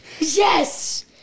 Yes